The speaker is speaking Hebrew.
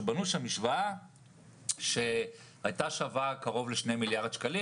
שהמשוואה הייתה שווה קרוב ל-2 מיליארד שקלים